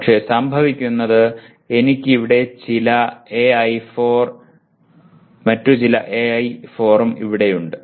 പക്ഷെ സംഭവിക്കുന്നത് എനിക്ക് ഇവിടെ ചില AI4 ഉം മറ്റു ചില AI4 ഇവിടെയുമുണ്ട്